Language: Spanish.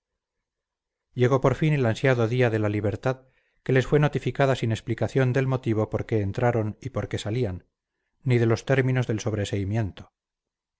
caballerescos llegó por fin el ansiado día de libertad que les fue notificada sin explicación del motivo por qué entraron y por qué salían ni de los términos del